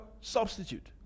substitute